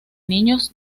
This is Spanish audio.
niños